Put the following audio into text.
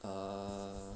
err